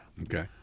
Okay